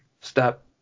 stop